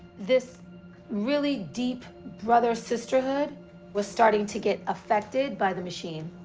this really deep brother, sisterhood was starting to get affected by the machine.